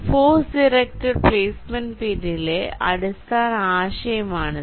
force direct placement പിന്നിലെ അടിസ്ഥാന ആശയമാണിത്